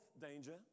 danger